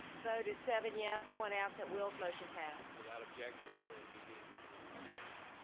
vote is seven yes, one absent, wilk, motion passed. without objection, the meeting is adjourned.